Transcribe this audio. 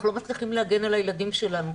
אנחנו לא מצליחים להגן על הילדים שלנו.